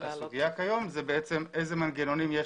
הסוגיה כיום היא איזה מנגנונים יש